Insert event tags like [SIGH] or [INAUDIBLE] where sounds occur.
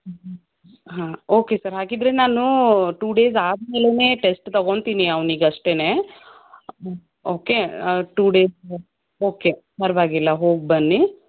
[UNINTELLIGIBLE] ಹಾಂ okay sir ಹಾಗಿದ್ದರೆ ನಾನು ಟೂ ಡೇಸ್ ಆದ ಮೇಲೇ ಟೆಸ್ಟ್ ತೊಗೊಂತೀನಿ ಅವ್ನಿಗೆ ಅಷ್ಟೇ ಓಕೆ ಟೂ ಡೇಸ್ ಓಕೆ ಪರವಾಗಿಲ್ಲ ಹೋಗಿ ಬನ್ನಿ